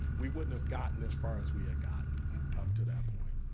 we wouldn't have gotten as far as we had gotten up to that point,